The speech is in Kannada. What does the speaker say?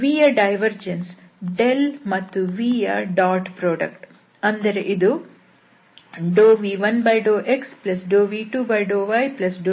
vಯ ಡೈವರ್ಜೆನ್ಸ್ ಮತ್ತು vಯ ಡಾಟ್ ಉತ್ಪನ್ನ ಅಂದರೆ ಇದು v1∂xv2∂yv3∂z